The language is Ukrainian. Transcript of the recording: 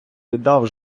віддав